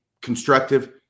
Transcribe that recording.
constructive